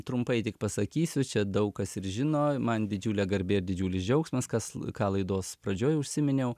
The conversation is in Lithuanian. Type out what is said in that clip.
trumpai tik pasakysiu čia daug kas ir žino man didžiulė garbė ir didžiulis džiaugsmas kas ką laidos pradžioj užsiminiau